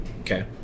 okay